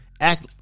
act